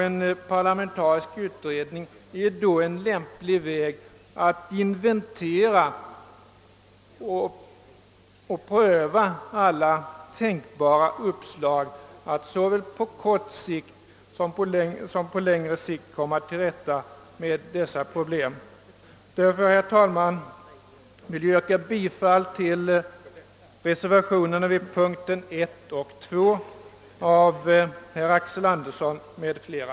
En parlamentarisk utredning är då en lämplig väg att inventera alla tänkbara uppslag att såväl på kort som på längre sikt komma till rätta med problemen. Därför, herr talman, vill jag yrka bifall till reservationerna 1 och 2 av herr Axel Andersson m.fl.